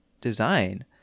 design